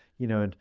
you know, and